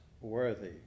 worthy